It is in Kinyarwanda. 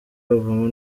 havamo